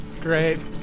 Great